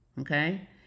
okay